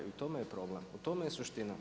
I u tome je problem u tome je suština.